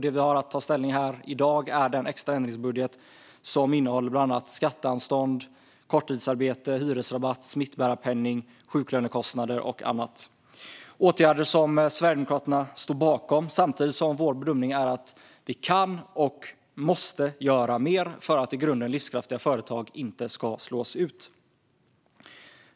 Det vi har att ta ställning till här i dag är den extra ändringsbudget som innehåller bland annat skatteanstånd, korttidsarbete, hyresrabatt, smittbärarpenning och sjuklönekostnader. Det är åtgärder som Sverigedemokraterna står bakom, samtidigt som vår bedömning är att vi kan och måste göra mer för att i grunden livskraftiga företag inte ska slås ut.